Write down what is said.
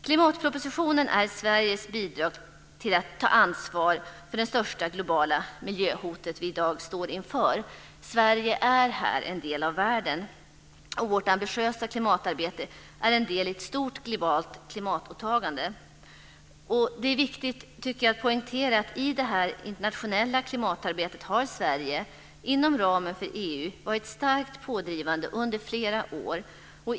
Klimatpropositionen är Sveriges bidrag till att ta ansvar för det största globala miljöhot som vi i dag står inför. Sverige är här en del av världen. Vårt ambitiösa klimatarbete är en del i ett stort klimatåtagande. Det är viktigt att poängtera att i det här internationella klimatarbetet har Sverige inom ramen för EU varit starkt pådrivande under flera år.